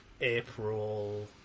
april